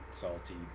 salty